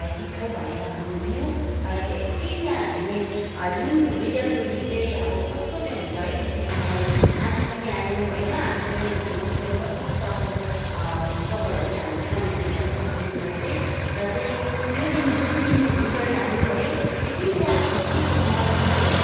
जित्छै भनेर हामी हिँड्यौँ र चाहिँ यति साह्रो हामीले जुन रिजल्टको दिन चाहिँ अब कस्तो चाहिँ हुन्छ है खुसीको माहौल आँसु पनि आयो होइन हाँस पनि उठ्यो कस्तो कस्तो अब स्ट्रगलहरू चाहिँ हामीले सह्यौँ होला त्यहाँसम्म पुग्नुको लागि चाहिँ र चाहिँ त्यो दिन जुन दिन रिजल्ट आयो है यति साह्रो खुसीको माहौल छायो कि